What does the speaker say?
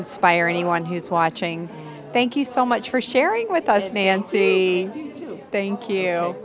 inspire anyone who's watching thank you so much for sharing with us nancy thank you